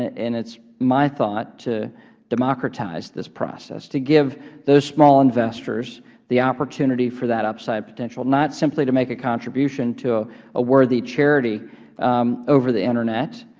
and it's my thought to democratize this process, to give the small investors the opportunity for that upside potential, not simply to make a contribution to a worthy charity over the internet,